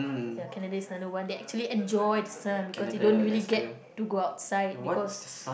ya Canada is another one they actually enjoyed the sun because they don't really get to go outside because